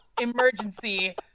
Emergency